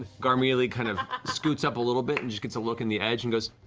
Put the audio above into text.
garmelie kind of scoots up a little bit and gets a look in the edge, and goes,